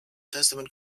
testament